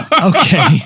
Okay